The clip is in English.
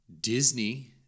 Disney